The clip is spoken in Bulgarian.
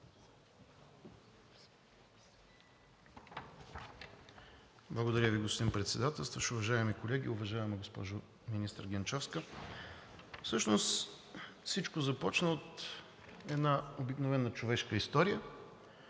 Благодаря Ви, господин Председателстващ. Уважаеми колеги! Уважаема госпожо министър Генчовска, всъщност всичко започна от една обикновена човешка история.